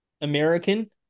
American